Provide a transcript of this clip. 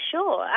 Sure